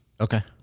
Okay